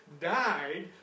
died